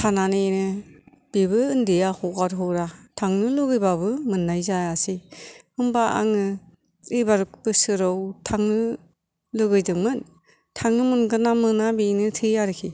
थानानैनो बेबो उन्दैया हगार हरा थांनो लुबैबाबो मोन्नाय जायासै होमबा आङो एबार बोसोराव थांनो लुबैदोंमोन थांनो मोनगोनना मोना बेनोसै आरोखि